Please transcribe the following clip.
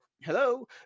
Hello